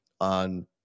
on